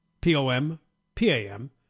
P-O-M-P-A-M